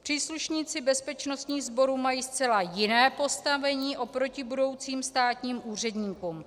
Příslušníci bezpečnostních sborů mají zcela jiné postavení oproti budoucím státním úředníkům.